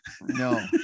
No